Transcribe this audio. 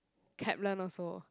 Kaplan also